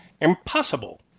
impossible